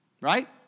right